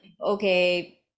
okay